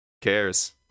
cares